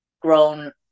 grown